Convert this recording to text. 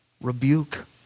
rebuke